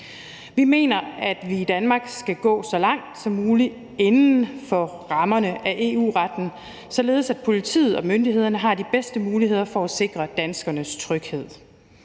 Vi mener, at vi i Danmark skal gå så langt som muligt inden for rammerne af EU-retten, således at politiet og myndighederne har de bedste muligheder for at sikre danskernes tryghed.